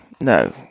No